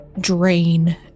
drain